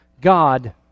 God